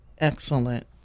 Excellent